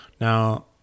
Now